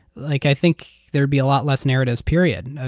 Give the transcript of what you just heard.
like i think there'd be a lot less narratives period,